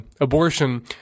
abortion